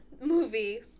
movie